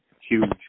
huge